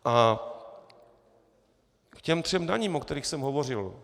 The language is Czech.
A k těm třem daním, o kterých jsem hovořil.